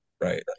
Right